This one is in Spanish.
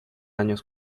años